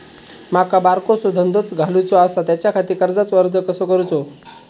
माका बारकोसो धंदो घालुचो आसा त्याच्याखाती कर्जाचो अर्ज कसो करूचो?